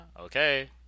Okay